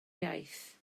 iaith